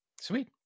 Sweet